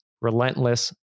Relentless